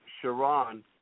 Sharon